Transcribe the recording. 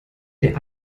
der